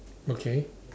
okay